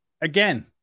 Again